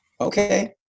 Okay